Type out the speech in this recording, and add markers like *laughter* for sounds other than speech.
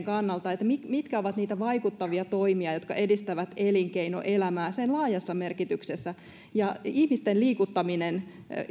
*unintelligible* kannalta mitkä ovat niitä vaikuttavia toimia jotka edistävät elinkeinoelämää sen laajassa merkityksessä ja ihmisten liikuttaminen